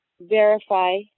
verify